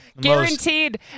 Guaranteed